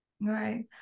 Right